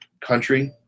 country